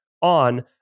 on